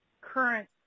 current